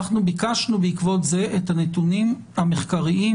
אנחנו ביקשנו בעקבות זה את הנתונים המחקריים,